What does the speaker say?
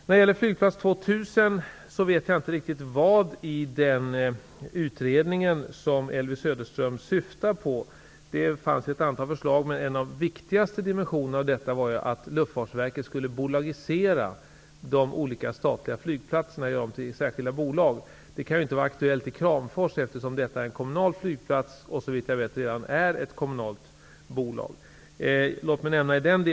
När det gäller Flyplats 2 000 vet jag inte riktigt vad i den utredningen som Elvy Söderström syftar på. Det fanns ett antal förslag, men ett av de viktigaste var att Luftfartsverket skulle bolagisera de olika statliga flygplatserna. Detta kan ju inte vara aktuellt i fråga om Kramfors, eftersom flygplatsen där är kommunal och såvitt jag vet redan drivs av ett kommunalt bolag.